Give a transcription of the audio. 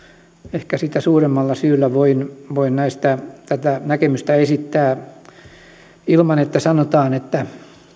ehkä sitä suuremmalla syyllä voin voin näistä esittää näkemyksiä ilman että sanotaan että